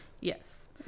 Yes